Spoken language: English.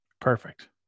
Perfect